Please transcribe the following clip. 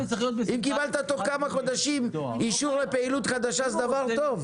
אם קיבלת בתוך כמה חודשים אישור לפעילות חדשה זה דבר טוב.